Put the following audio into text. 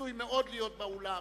רצוי מאוד להיות באולם